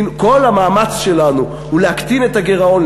כל המאמץ שלנו הוא להקטין את הגירעון,